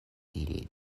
iri